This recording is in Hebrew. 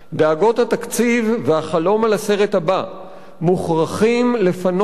דאגות התקציב והחלום על הסרט הבא מוכרחים לפנות את